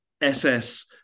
SS